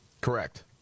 Correct